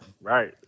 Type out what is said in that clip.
Right